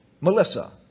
Melissa